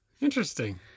Interesting